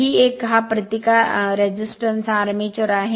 ही एकहा प्रतिकार हा आर्मेचर आहे